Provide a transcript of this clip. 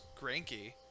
Granky